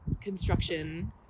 construction